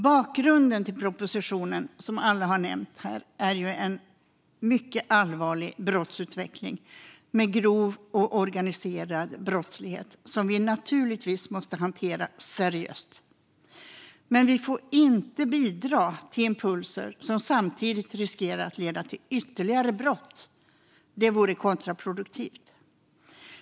Bakgrunden till propositionen är ju, som alla har nämnt, en mycket allvarlig brottsutveckling med grov och organiserad brottslighet som vi naturligtvis måste hantera seriöst. Men vi får inte bidra till impulser som samtidigt riskerar att leda till ytterligare brott; det vore kontraproduktivt.